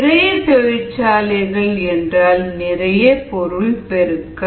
நிறைய தொழிற்சாலைகள் என்றால் நிறைய பொருள் பெருக்கம்